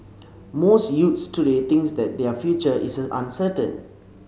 most youths today thinks that their future is uncertain